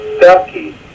Ducky